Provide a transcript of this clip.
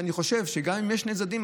ואני חושב שגם אם יש שני צדדים,